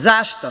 Zašto?